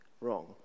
wrong